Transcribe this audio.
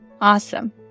Awesome